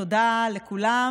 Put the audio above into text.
תודה לכולם,